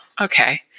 okay